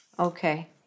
Okay